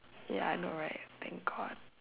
ya I know right thank god